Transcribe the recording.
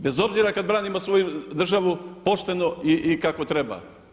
Bez obzira kada branimo svoju državu pošteno i kako treba.